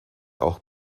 auch